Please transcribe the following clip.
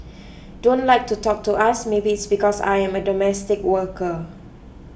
don't like to talk to us maybe it's because I am a domestic worker